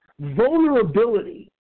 Vulnerability